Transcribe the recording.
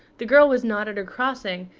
the girl was not at her crossing,